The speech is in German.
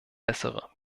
bessere